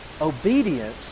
obedience